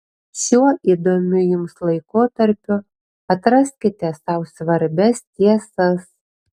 šiuo įdomiu jums laikotarpiu atraskite sau svarbias tiesas